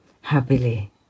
happily